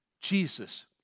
Jesus